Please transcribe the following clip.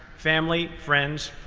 family, friends,